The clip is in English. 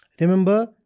Remember